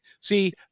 see